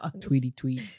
Tweety-tweet